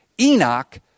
Enoch